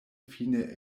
fine